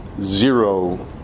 zero